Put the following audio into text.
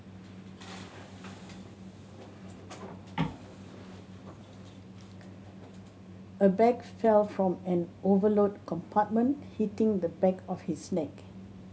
a bag fell from an overload compartment hitting the back of his neck